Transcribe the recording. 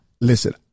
listen